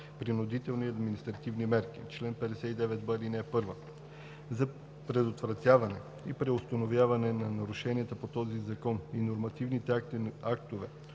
„Принудителни административни мерки Чл. 59б. (1) За предотвратяване и преустановяване на нарушенията по този закон и нормативните актове